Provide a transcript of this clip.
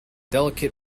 delicate